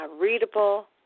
readable